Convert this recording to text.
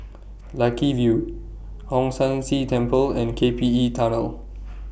Lucky View Hong San See Temple and K P E Tunnel